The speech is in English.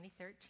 2013